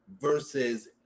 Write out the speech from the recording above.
versus